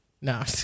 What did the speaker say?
No